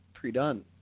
pre-done